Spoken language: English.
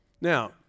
Now